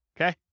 Okay